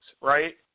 right